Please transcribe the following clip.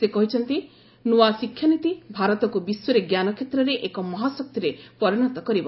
ସେ କହିଛନ୍ତି ନୂଆ ଶିକ୍ଷାନୀତି ଭାରତକୁ ବିଶ୍ୱରେ ଜ୍ଞାନ କ୍ଷେତ୍ରରେ ଏକ ମହାଶକ୍ତିରେ ପରିଣତ କରିବ